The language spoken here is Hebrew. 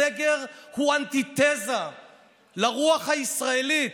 סגר הוא אנטיתזה לרוח הישראלית.